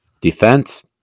Defense